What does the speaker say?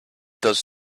does